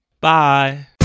Bye